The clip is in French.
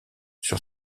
sur